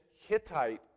Hittite